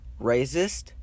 Racist